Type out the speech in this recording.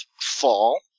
fall